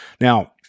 Now